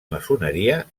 maçoneria